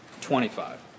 Twenty-five